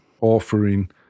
offering